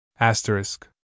Asterisk